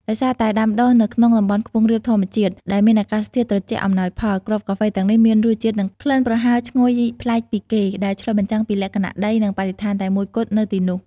ដោយសារតែដាំដុះនៅក្នុងតំបន់ខ្ពង់រាបធម្មជាតិ ដែលមានអាកាសធាតុត្រជាក់អំណោយផល គ្រាប់កាហ្វេទាំងនេះមានរសជាតិ និងក្លិនប្រហើរឈ្ងុយឆ្ងាញ់ប្លែកពីគេ ដែលឆ្លុះបញ្ចាំងពីលក្ខណៈដី និងបរិស្ថានតែមួយគត់នៅទីនោះ។